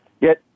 Yes